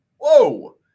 Whoa